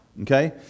okay